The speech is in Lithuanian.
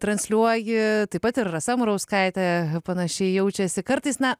transliuoja taip pat ir rasa murauskaitė panašiai jaučiasi kartais net